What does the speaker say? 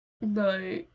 No